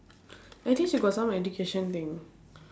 at least you got some education thing